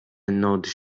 another